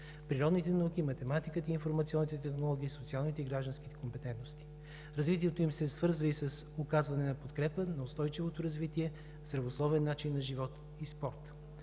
природните науки, математиката и информационните технологии, социалните и гражданските компетентности. Развитието им се свързва и с оказване на подкрепа за устойчиво развитие, за здравословен начин на живот и спорт.